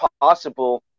possible